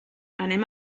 anem